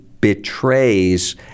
betrays